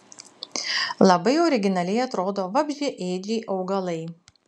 labai originaliai atrodo vabzdžiaėdžiai augalai